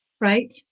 right